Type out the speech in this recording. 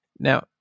Now